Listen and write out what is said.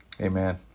Amen